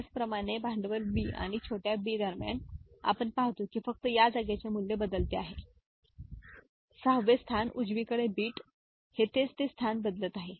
त्याचप्रमाणे भांडवलBआणि छोट्याBदरम्यान आपण पाहतो की फक्त या जागेचे मूल्य बदलले आहे 6th वा स्थान उजवीकडे bit बिट हे तेच ते स्थान बदलत आहे